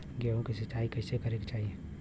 गेहूँ के सिंचाई कइसे करे के चाही?